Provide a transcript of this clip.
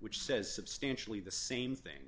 which says substantially the same thing